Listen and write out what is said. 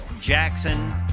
Jackson